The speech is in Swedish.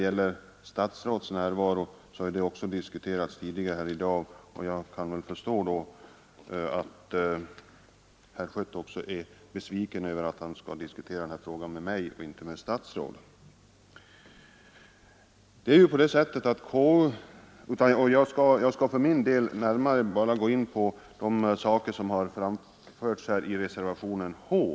Också statsråds närvaro har diskuterats tidigare i dag, men jag kan ju förstå att herr Schött är besviken över att han skall diskutera den här frågan med mig och inte med ett statsråd. Jag skall för min del närmare beröra endast vad som framförts i reservationen H.